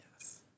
Yes